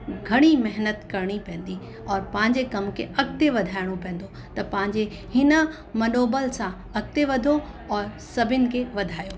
घणी महिनत करिणी पवंदी और पंहिंजे कम खे अॻिते वधाइणो पवंदो त पंहिंजे हिन मनोबल सां अॻिते वधो और सभिन खे वधायो